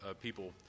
people